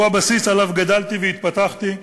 הוא הבסיס שעליו גדלתי והתפתחתי,